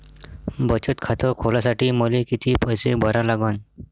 बचत खात खोलासाठी मले किती पैसे भरा लागन?